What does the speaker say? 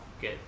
Good